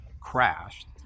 crashed